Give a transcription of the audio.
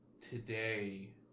today